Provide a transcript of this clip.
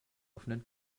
offenen